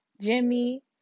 Jimmy